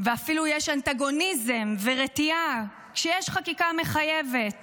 ואפילו יש אנטגוניזם ורתיעה כשיש חקיקה מחייבת